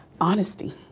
Honesty